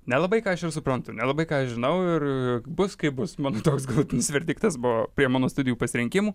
nelabai ką aš ir suprantu nelabai ką aš žinau ir bus kaip bus mano toks galutinis verdiktas buvo apie mano studijų pasirinkimų